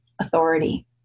authority